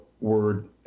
word